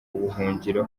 ubuhungiro